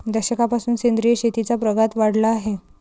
दशकापासून सेंद्रिय शेतीचा प्रघात वाढला आहे